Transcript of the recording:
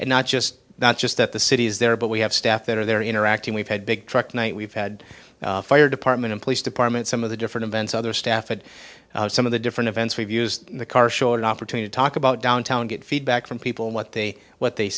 and not just not just that the city is there but we have staff that are there interacting we've had big truck night we've had fire department and police department some of the different events other staff and some of the different events we've used the car showed an opportunity to talk about downtown and get feedback from people what they what they